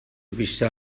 بیشتر